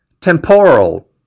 temporal